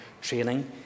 training